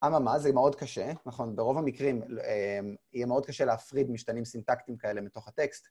אממה, זה מאוד קשה, נכון, ברוב המקרים יהיה מאוד קשה להפריד משתנים סינטקטיים כאלה מתוך טקסט.